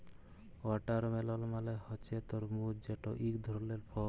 watermelon মালে হছে তরমুজ যেট ইক ধরলের ফল